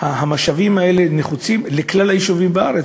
המשאבים האלה נחוצים לכלל היישובים בארץ.